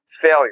failure